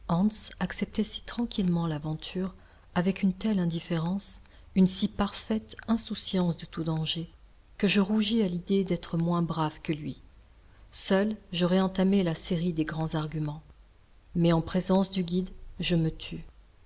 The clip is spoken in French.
acceptait si tranquillement l'aventure avec une telle indifférence une si parfaite insouciance de tout danger que je rougis à l'idée d'être moins brave que lui seul j'aurais entamé la série des grands argumente mais en présence du guide je me tus